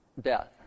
death